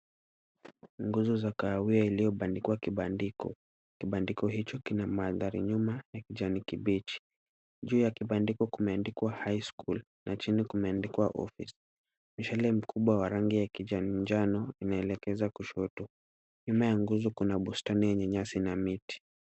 Nguzo za kahawia iliyobandikwa kibandiko. Kibandiko hicho kina mandhari nyuma ya kijani kibichi. Juu ya kibandiko kumeandikwa highschool na chini kumeandikwa office . Mshale mkubwa wa rangi ya kijani njano inaelekeza kushoto. Nyuma ya nguzo kuna bustani yenye nyasi na miti.